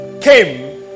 came